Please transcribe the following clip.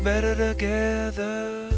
better